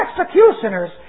executioners